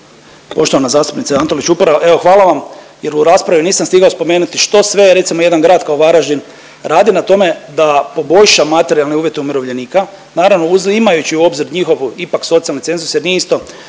Poštovana zastupnice Antolić Vupora. Evo hvala vam jer u raspravi nisam stigao spomenuti što sve recimo jedan grad kao Varaždin radi na tome da poboljša materijalne uvjete umirovljenika naravno uzimajući u obzir njihov ipak socijalni cenzus jer nije isto